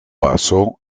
pasó